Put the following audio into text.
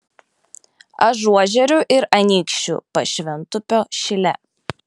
ažuožerių ir anykščių pašventupio šile